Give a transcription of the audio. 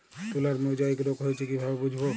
তুলার মোজাইক রোগ হয়েছে কিভাবে বুঝবো?